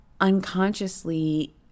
unconsciously